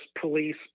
police